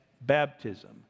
baptism